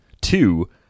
two